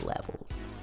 levels